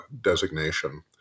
designation